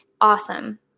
Awesome